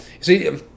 See